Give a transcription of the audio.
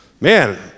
Man